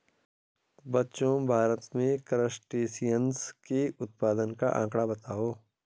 बच्चों भारत में क्रस्टेशियंस के उत्पादन का आंकड़ा बताओ?